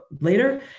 later